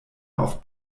auf